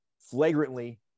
flagrantly